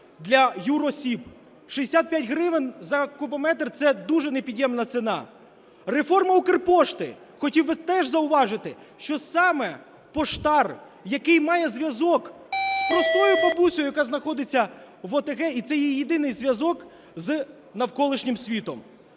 для юросіб: 65 гривень за кубометр – це дуже непід'ємна ціна. Реформа Укрпошти. Хотів би теж зауважити, що саме поштар, який має зв'язок з простою бабусею, яка знаходиться в ОТГ, і це її єдиний зв'язок з навколишнім світом.